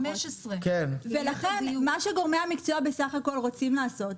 15. ולכן מה שגורמי המקצוע בסך הכול רוצים לעשות,